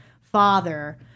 father